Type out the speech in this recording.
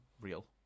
real